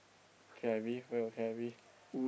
K_I_V where got K_I_V